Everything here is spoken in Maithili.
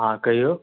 हँ कहियौ